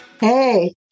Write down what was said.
Hey